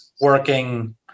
working